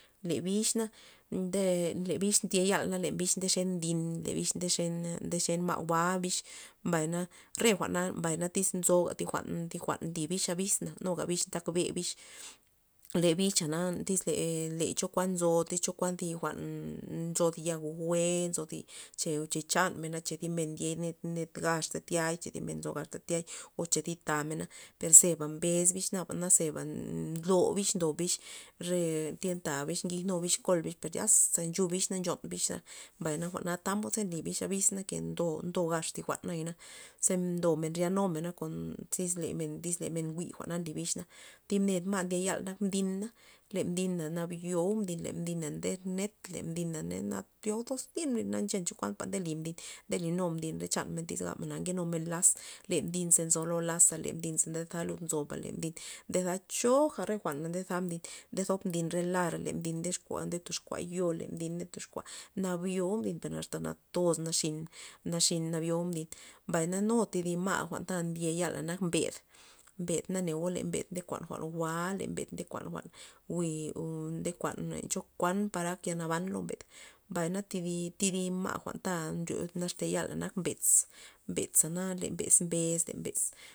Le bix na nde- le bix ndye yal na le bix nde xen mdin le bix nde xen nde xen ma' jwa' bix, mbay na re jwa'na mbay na tyz nzoga thi jwa'n thi jwa'n nly abis nuga bix ntak be le bix le bicha na iz le ee cho kuan nzo cho kuan thi jwa'n nzo thi ya jwe' nzo zi che- chan mena cha zi men ndye mena ned gax tiay cha thi men nzo gaxta tya o cho zi tamena per zeba mbes bixna naba na zeba nlo bix ndob bix re tien ta re bix kij nu bix kol bix per zyasa nchub bix na nchon bix za mbay jwa'na tamod nly bix abis na ke- ke ndo gax thi jwa'n nayana, ze ndomen ryanu men nakon zi iz men jwi' jwa'na nly bix na, thi ned ma' ndye yal nak mdin na le mdina nabyo'u mdina, le mdina nde net le mdin na- nabyo'u tinmdin na nchenta kuan nde li mdin nde linu mdin re chan men tyz gab men nke numen laz le mdin ze nzo lo laz le mdin ze ndaza lud nzoba le mdin ndeza choja re jwa'n ndeza mdin ndezob mdin re la lar le mdin nde xon nde tox kua yo' le mdin nde toxkua nabyo'u mdin asta natoz naxin naxi nabyo'u mdin, mbay na nu thi ma' jwa'nta ta ndye yala lak mbed neo na mbed nde kuan jwa'n jwa' le mbed nde kuan jwe'-jwe' chokuan par ak yal naban lo mbed mbay na thi- thi dib ma' jwa'nta nryo naxte yala mbez mbetza na le mbez mbes le mbez.